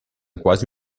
quasi